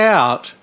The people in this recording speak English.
out